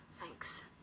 Thanks